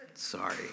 Sorry